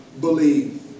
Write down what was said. Believe